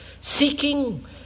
seeking